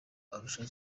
arusha